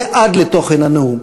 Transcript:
זה עד תוכן הנאום.